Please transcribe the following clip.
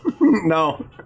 no